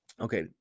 Okay